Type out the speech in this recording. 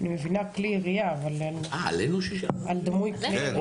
אני מבינה כלי ירייה, אבל על דמוי כלי ירייה.